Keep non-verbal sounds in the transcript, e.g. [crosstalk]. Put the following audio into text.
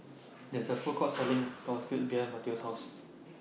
There IS A Food Court Selling [noise] Sauerkraut behind Matteo's House